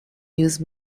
used